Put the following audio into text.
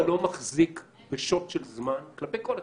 אתה לא מחזיק בשוט של זמן כלפי כל אחד...